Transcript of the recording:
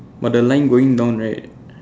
but the line going down right